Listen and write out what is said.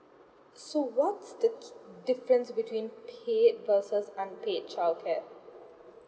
so what's the key difference between paid versus unpaid childcare